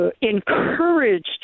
encouraged